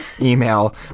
email